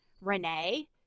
Renee